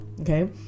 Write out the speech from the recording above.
Okay